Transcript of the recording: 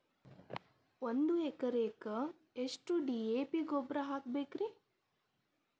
ಒಂದು ಎಕರೆಕ್ಕ ಎಷ್ಟ ಡಿ.ಎ.ಪಿ ಗೊಬ್ಬರ ಹಾಕಬೇಕ್ರಿ?